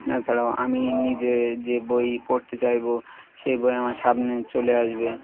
তাছাড়াও আমি নিজে যে বই পড়তে চাইব সেই বই আমার সামনে চলে আসবে